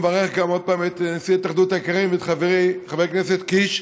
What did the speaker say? ומברך גם עוד פעם את נשיא התאחדות האיכרים ואת חברי חבר הכנסת קיש.